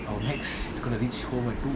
our next it's gonna reach home at two